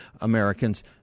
Americans